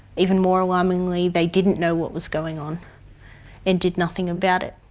even more alarmingly, they didn't know what was going on and did nothing about it.